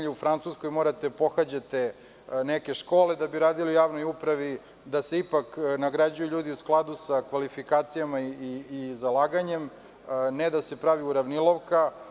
Recimo, u Francuskoj morate da pohađate neke škole da bi radili u javnoj upravi, gde se ipak nagrađuju ljudi u skladu sa kvalifikacijama i zalaganjem, a ne da se pravi uravnilovka.